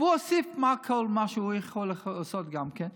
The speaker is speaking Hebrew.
והוא הוסיף כל מה שהוא יכול לעשות גם כן,